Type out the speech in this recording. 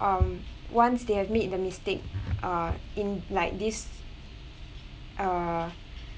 um once they have made the mistake uh in like this uh